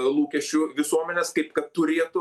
lūkesčių visuomenės kaip kad turėtų